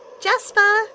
Jasper